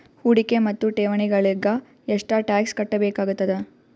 ಹೂಡಿಕೆ ಮತ್ತು ಠೇವಣಿಗಳಿಗ ಎಷ್ಟ ಟಾಕ್ಸ್ ಕಟ್ಟಬೇಕಾಗತದ?